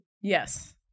Yes